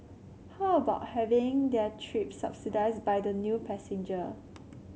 how about having their trip subsidised by the new passenger